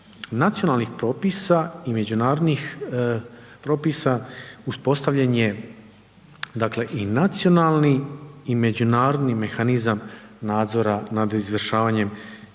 nacionalnih propisa i međunarodnih propisa uspostavljen je dakle i nacionalni i međunarodni mehanizam nadzora nad izvršavanjem